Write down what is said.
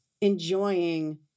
enjoying